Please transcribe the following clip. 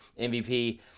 MVP